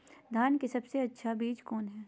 धान की सबसे अच्छा बीज कौन है?